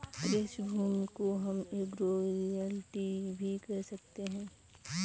कृषि भूमि को हम एग्रो रियल्टी भी कह सकते है